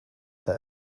that